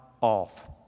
off